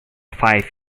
five